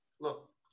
Look